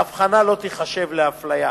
ההבחנה לא תיחשב לאפליה.